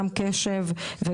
גם קשב,